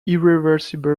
irreversible